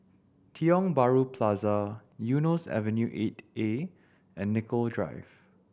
Tiong Bahru Plaza Eunos Avenue Eight A and Nicoll Drive